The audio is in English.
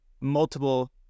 multiple